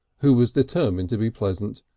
who was determined to be pleasant,